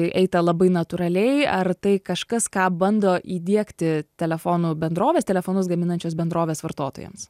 eita labai natūraliai ar tai kažkas ką bando įdiegti telefonų bendrovės telefonus gaminančios bendrovės vartotojams